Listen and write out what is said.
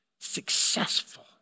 successful